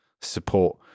support